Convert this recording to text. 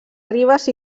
ribes